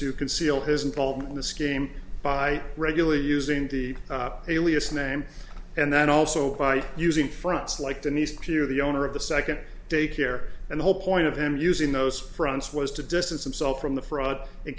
to conceal his involvement in the scheme by regularly using the alias name and then also by using fronts like denise pirro the owner of the second day care and the whole point of him using those fronts was to distance himself from the fraud